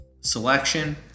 selection